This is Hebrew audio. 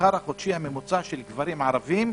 מהשכר החודשי הממוצע של גברים ערבים,